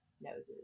noses